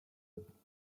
benötigen